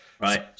Right